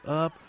up